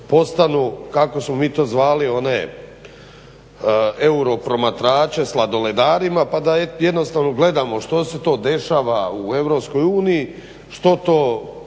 postanu kako smo mi to zvali one europromatrače sladoledarima pa da jednostavno gledamo što se to dešava u Europskoj